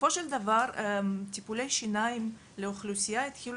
בסופו של דבר טיפולי שיניים לאוכלוסייה התחילו